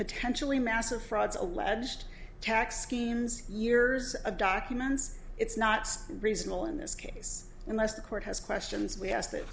potentially massive frauds alleged tax schemes years of documents it's not reasonable in this case unless the court has questions we ask that